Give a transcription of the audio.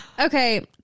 okay